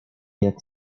jak